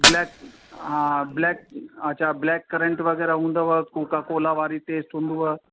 black हा black अच्छा black current वग़ैरह हूंदव कोकाकोला वारी टेस्ट हूंदव